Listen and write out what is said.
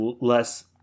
less